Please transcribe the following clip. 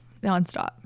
nonstop